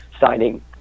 signing